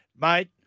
Mate